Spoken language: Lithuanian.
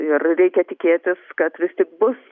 ir reikia tikėtis kad vis tik bus